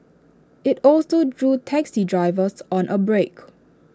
IT also drew taxi drivers on A break